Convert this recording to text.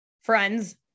Friends